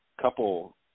couple